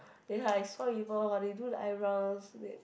ya I saw people !wah! they do the eyebrows they